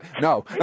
No